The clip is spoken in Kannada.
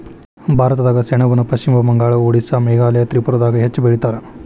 ಭಾರತದಾಗ ಸೆಣಬನ ಪಶ್ಚಿಮ ಬಂಗಾಳ, ಓಡಿಸ್ಸಾ ಮೇಘಾಲಯ ತ್ರಿಪುರಾದಾಗ ಹೆಚ್ಚ ಬೆಳಿತಾರ